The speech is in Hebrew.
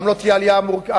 גם לא תהיה עלייה אמריקנית.